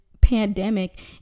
pandemic